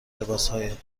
لباسهای